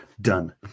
Done